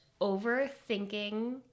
overthinking